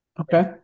Okay